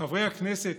חברי הכנסת,